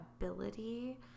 ability